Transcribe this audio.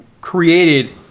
created